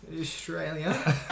Australia